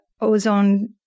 ozone